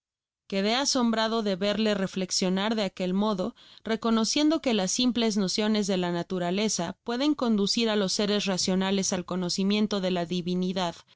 quedé asombrado de verle reflexionar de aquel modo reconoeiendo que las simples nociones de la naturaleza pueden conducir á los seres racionales al conocimiento de la divinidad